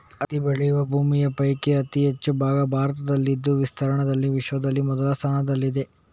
ಹತ್ತಿ ಬೆಳೆಯುವ ಭೂಮಿಯ ಪೈಕಿ ಅತಿ ಹೆಚ್ಚು ಭಾಗ ಭಾರತದಲ್ಲಿದ್ದು ವಿಸ್ತೀರ್ಣದಲ್ಲಿ ವಿಶ್ವದಲ್ಲಿ ಮೊದಲ ಸ್ಥಾನದಲ್ಲಿದೆ